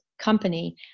company